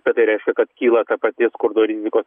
bet tai reiškia kad kyla ta pati skurdo rizikos